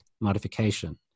modification